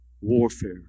warfare